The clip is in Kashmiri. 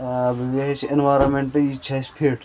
بیٚیہِ چھُ انورانمیٚنٹ یہِ تہِ چھُ اَسہِ فِٹ